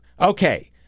Okay